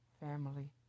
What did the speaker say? Family